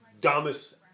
dumbest